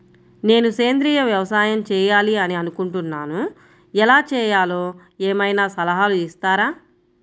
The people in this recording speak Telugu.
నేను సేంద్రియ వ్యవసాయం చేయాలి అని అనుకుంటున్నాను, ఎలా చేయాలో ఏమయినా సలహాలు ఇస్తారా?